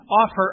offer